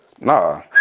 Nah